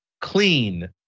clean